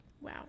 Wow